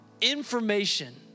information